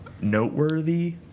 noteworthy